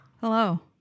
Hello